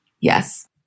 Yes